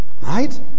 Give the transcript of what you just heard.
right